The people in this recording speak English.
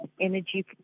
energy